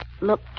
Look